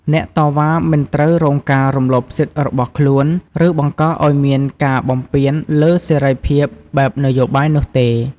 អ្នកតវ៉ាមិនត្រូវរងការរំលោភសិទ្ធិរបស់ខ្លួន ឬបង្កឱ្យមានការបំពានលើសេរីភាពបែបនយោបាយនោះទេ។